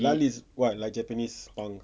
lal is what like japanese punk